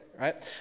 Right